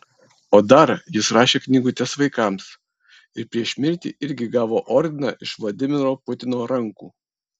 o dar jis rašė knygutes vaikams ir prieš mirtį irgi gavo ordiną iš vladimiro putino rankų